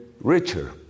richer